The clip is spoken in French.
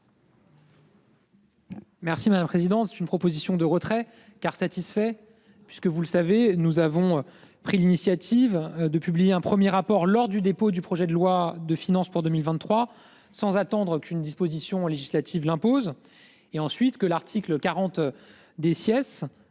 Merci ma présidence une proposition de retrait car satisfait puisque vous le savez, nous avons pris l'initiative de publier un 1er rapport lors du dépôt du projet de loi de finances pour 2023 sans attendre qu'une disposition législative l'impose et ensuite que l'article 40 des